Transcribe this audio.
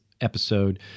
episode